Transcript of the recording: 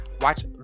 watch